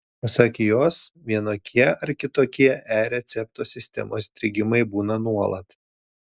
pasak jos vienokie ar kitokie e recepto sistemos strigimai būna nuolat